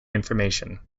information